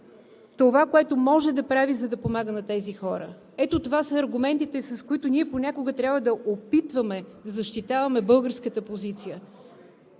това, което може да прави, за да помага на хората. Ето това са аргументите, с които ние понякога трябва да опитваме да защитаваме българската позиция.